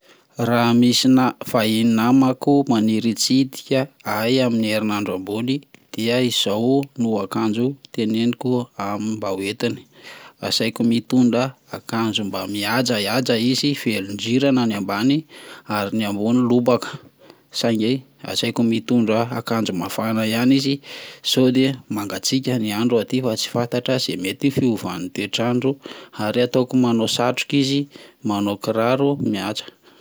Raha misy nama- vahiny namanako maniry hitsidika ahy amin'ny herinandro ambony dia izao ny akanjo teneniko aminy hoentiny, asaiko mitondra akanjo mba mihajahaja izy, velon-drirana ny ambaniny ary ny ambony lobaka, saingy asiako mitondra akanjo mafana ihany izy so de mangatsiaka ny andro aty fa tsy fantatra izay mety ho fihovan'ny toetr'andro ary ataoko manao satroka izy, manao kiraro mihaja.